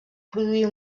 produir